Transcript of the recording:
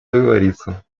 договориться